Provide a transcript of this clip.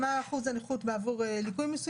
"(א) לגבי נכה כהגדרתו בחוק הנכים (תגמולים ושיקום),